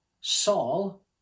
Saul